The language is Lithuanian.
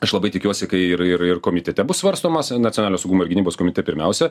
aš labai tikiuosi kai ir ir ir komitete bus svarstomas nacionalinio saugumo ir gynybos komitete pirmiausia